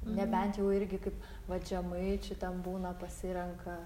nebent jau irgi kaip vat žemaičiai ten būna pasirenka